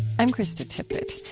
i'm krista tippett.